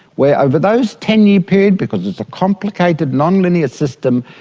where over those ten year periods, because it's a complicated nonlinear system,